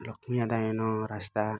ଲକ୍ଷ୍ମୀ ଆଦାୟନ ରାସ୍ତା